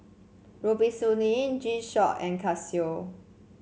Robitussin G Shock and Casio